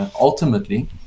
Ultimately